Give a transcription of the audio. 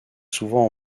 souvent